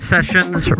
Sessions